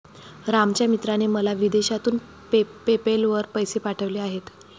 रामच्या मित्राने मला विदेशातून पेपैल वर पैसे पाठवले आहेत